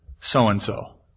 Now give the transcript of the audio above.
so-and-so